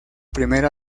primer